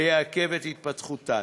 ויעכב את התפתחותן.